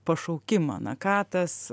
pašaukimą na ką tas